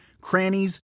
crannies